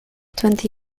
twenty